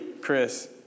Chris